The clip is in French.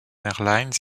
airlines